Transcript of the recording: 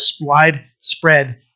widespread